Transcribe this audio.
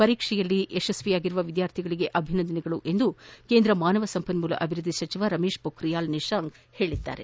ಪರೀಕ್ಷೆಯಲ್ಲಿ ಯಶಸ್ವಿಯಾಗಿರುವ ವಿದ್ಯಾರ್ಥಿಗಳಿಗೆ ಅಭಿನಂದನೆಗಳು ಎಂದು ಕೇಂದ್ರ ಮಾನವ ಸಂಪನ್ಮೂಲ ಅಭಿವ್ಬದ್ದಿ ಸಚಿವ ರಮೇಶ್ ಪೋಖ್ರಿಯಾಲ್ ನಿಶಾಂಕ್ ಹೇಳಿದ್ದಾರೆ